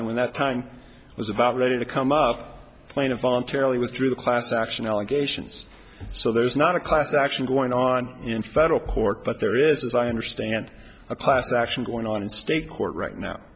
and when that time was about ready to come up plaintiff voluntarily withdrew the class action allegations so there is not a class action going on in federal court but there is as i understand a class action going on in state court right